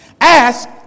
Ask